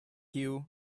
queue